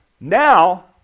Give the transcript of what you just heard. Now